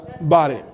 body